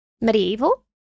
Medieval